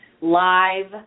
live